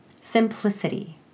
simplicity